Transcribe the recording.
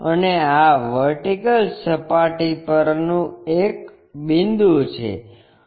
અને આ વર્ટિકલ સપાટી પરનું એક બિંદુ છે